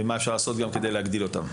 ומה אפשר לעשות כדי להגדיל אותם?